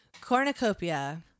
cornucopia